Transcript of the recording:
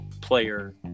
player